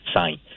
sign